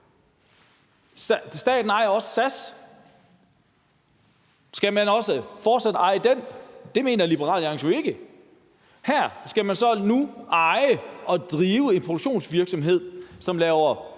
Staten ejer også SAS. Skal man også fortsat eje den? Det mener Liberal Alliance jo ikke. Her skal man så nu eje og drive en produktionsvirksomhed, som laver